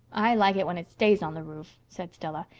i like it when it stays on the roof, said stella.